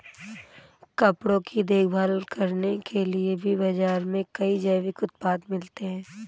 कपड़ों की देखभाल करने के लिए भी बाज़ार में कई जैविक उत्पाद मिलते हैं